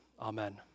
Amen